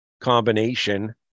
combination